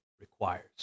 requires